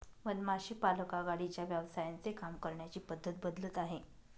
मधमाशी पालक आघाडीच्या व्यवसायांचे काम करण्याची पद्धत बदलत आहे